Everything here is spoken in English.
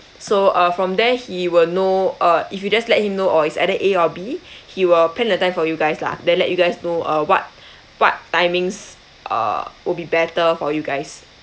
so uh from there he will know uh if you just let him know or it's either A or B he will plan the time for you guys lah then let you guys know uh what what timings uh will be better for you guys